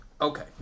Okay